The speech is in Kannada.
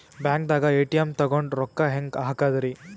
ಬ್ಯಾಂಕ್ದಾಗ ಎ.ಟಿ.ಎಂ ತಗೊಂಡ್ ರೊಕ್ಕ ಹೆಂಗ್ ಹಾಕದ್ರಿ?